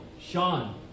Sean